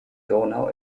donau